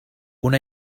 una